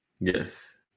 Yes